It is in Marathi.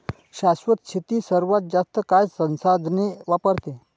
शाश्वत शेती सर्वात जास्त काळ संसाधने वापरते